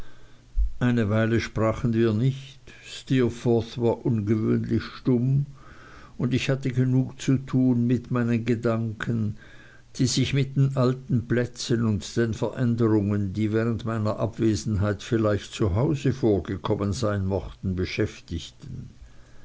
eine kleine weile sprachen wir nicht steerforth war ungewöhnlich stumm und ich hatte genug zu tun mit meinen gedanken die sich mit den alten plätzen und den veränderungen die während meiner abwesenheit vielleicht zu hause vorgekommen sein mochten beschäftigten